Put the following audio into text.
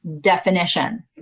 definition